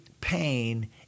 pain